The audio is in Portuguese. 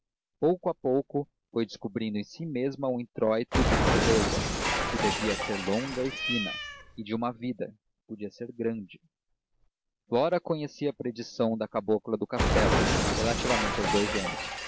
pouco a pouco foi descobrindo em si mesma o introito de uma beleza que devia ser longa e fina e de uma vida que podia ser grande flora conhecia a predição da cabocla do castelo relativamente aos dous gêmeos